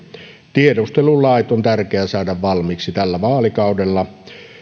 tiedustelulait on tärkeä saada valmiiksi tällä vaalikaudella